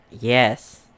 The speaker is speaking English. Yes